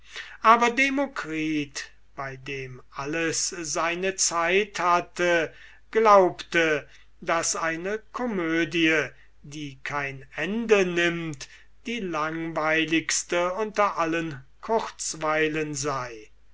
aber demokritus bei dem alles seine zeit hatte glaubte daß eine komödie die kein ende nimmt die langweiligste unter allen kurzweilen sei